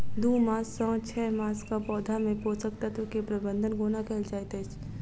दू मास सँ छै मासक पौधा मे पोसक तत्त्व केँ प्रबंधन कोना कएल जाइत अछि?